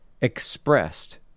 expressed